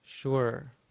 sure